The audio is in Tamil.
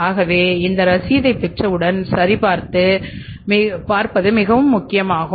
ஆகவே அந்த ரசீதை பெற்ற உடன் சரி பார்ப்பது மிகவும் முக்கியமாகும்